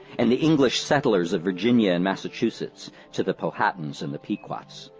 and the english settlers of virginia and massachusetts to the powhatans and the pequots.